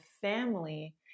family